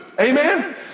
Amen